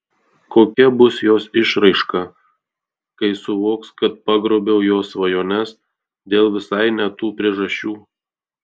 kokia bus jos išraiška kai suvoks kad pagrobiau jos svajones dėl visai ne tų priežasčių